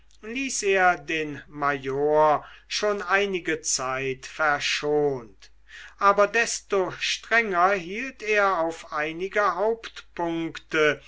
ließ er den major schon einige zeit verschont aber desto strenger hielt er auf einige